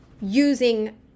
using